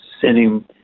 sending